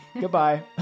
Goodbye